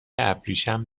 ابریشم